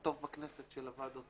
הטוב בכנסת של הוועדות,